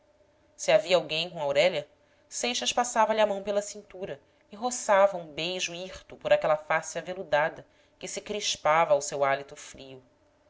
se havia alguém com aurélia seixas passava lhe a mão pela cintura e roçava um beijo hirto por aquela face aveludada que se crispava ao seu hálito frio